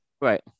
Right